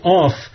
off